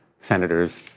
senators